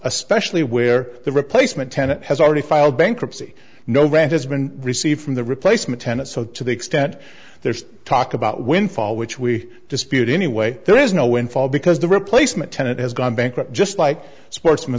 especially where the replacement tenet has already filed bankruptcy no rant has been received from the replacement tenant so to the extent there is talk about windfall which we dispute anyway there is no windfall because the replacement tenet has gone bankrupt just like sportsman